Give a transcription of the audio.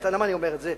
למה אני אומר את זה?